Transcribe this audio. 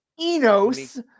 Enos